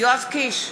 יואב קיש,